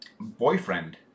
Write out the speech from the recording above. Boyfriend